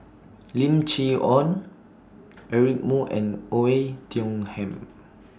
Lim Chee Onn Eric Moo and Oei Tiong Ham